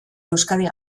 euskadi